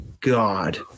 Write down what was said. God